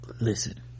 Listen